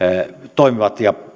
toimivat ja ovat